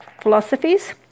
philosophies